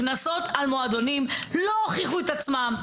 קנסות על מועדונים לא הוכיחו את עצמם.